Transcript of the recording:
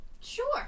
Sure